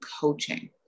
coaching